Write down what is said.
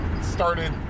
started